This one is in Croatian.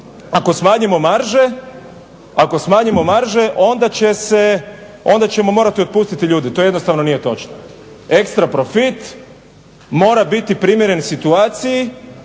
ako smanjimo marže onda ćemo morati otpustiti ljude. To jednostavno nije točno. Ekstra profit mora biti primjeren situaciji